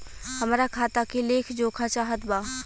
हमरा खाता के लेख जोखा चाहत बा?